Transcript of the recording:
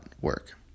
work